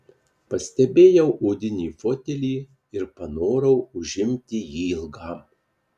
pastebėjau odinį fotelį ir panorau užimti jį ilgam